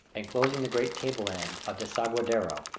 inclosing the great table-land of desaguadero.